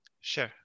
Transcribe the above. Sure